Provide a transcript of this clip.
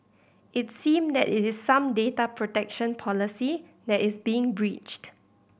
it seem that is some data protection policy that is being breached